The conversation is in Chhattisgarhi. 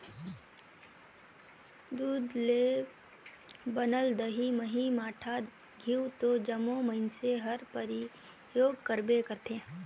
दूद ले बनल दही, मही, मठा, घींव तो जम्मो मइनसे हर परियोग करबे करथे